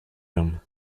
room